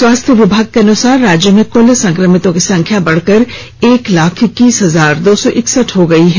स्वास्थ विभाग के अनुसार राज्य में कुल संक्रमितों की संख्या बढ़कर एक लाख इक्कीस हजार दो सौ इकसठ हो गई है